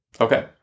Okay